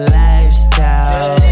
lifestyle